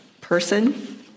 person